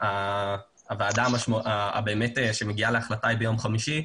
שהוועדה שמגיעה להחלטה היא ביום חמישי.